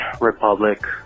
Republic